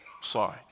sorry